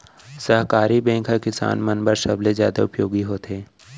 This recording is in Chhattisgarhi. सहकारी बैंक ह किसान मन बर सबले जादा उपयोगी होथे